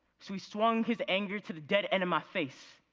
so he swung his anger to the deadened of my face,